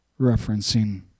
Referencing